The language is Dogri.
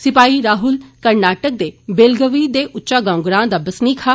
सिपाही राहुल कर्नाटका दे बेलगवी दे उच्चा गांव ग्रां दा बसनीक हा